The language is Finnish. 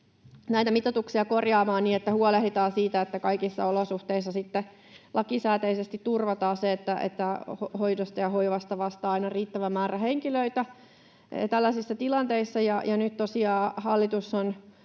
näitä mitoituksia korjaamaan niin, että huolehditaan siitä, että kaikissa olosuhteissa lakisääteisesti turvataan se, että hoidosta ja hoivasta vastaa aina riittävä määrä henkilöitä tällaisissa tilanteissa. Nyt tosiaan hallitus on